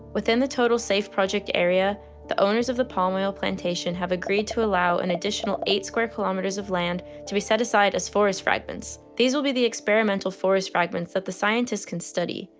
within the total safe project area the owners of the palm oil plantation plantation have agreed to allow an additional eight square kilometres of land to be set aside as forest fragments. these will be the experimental forest fragments that the scientists can study.